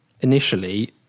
initially